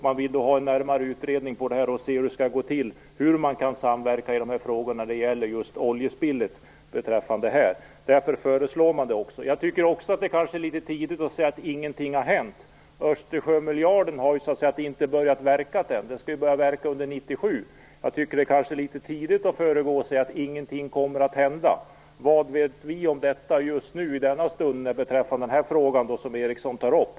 Därför vill man göra en närmare utredning av detta och se hur det skall gå till och hur man kan samverka i frågan om oljespillet. Det är kanske litet tidigt att säga att ingenting har hänt. Östersjömiljarden har ju inte börjat verka ännu, utan den skall börja verka 1997. Därför är det att föregå det hela att säga att ingenting kommer att hända. Vad vet vi just i denna stund om den fråga Ericsson tar upp?